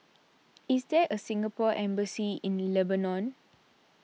is there a Singapore Embassy in Lebanon